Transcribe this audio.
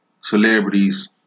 celebrities